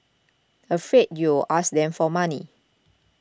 afraid you'll ask them for money